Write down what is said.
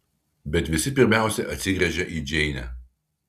bet visi pirmiausia atsigręžia į džeinę